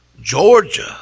Georgia